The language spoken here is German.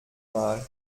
mal